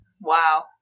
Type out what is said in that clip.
Wow